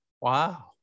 Wow